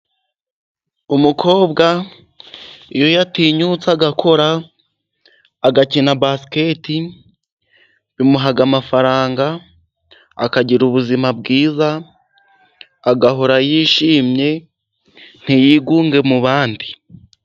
Umukobwa iyo yatinyutse agakora, agakina basiketi bimuha amafaranga akagira ubuzima bwiza, agahora yishimye ntiyigunge mu bandi.